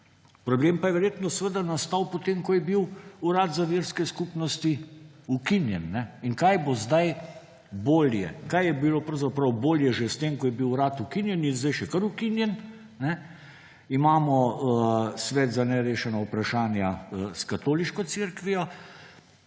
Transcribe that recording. Problem pa je verjetno nastal potem, ko je bil urad za verske skupnosti ukinjen. In kaj bo zdaj bolje? Kaj je bilo pravzaprav bolje že s tem, ko je bil urad ukinjen in je zdaj še kar ukinjen? Imamo Svet za nerešena vprašanja s katoliški cerkvijo.